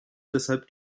deshalb